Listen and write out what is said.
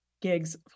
gigs